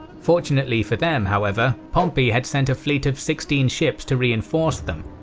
fortunately for them, however, pompey had sent a fleet of sixteen ships to reinforce them.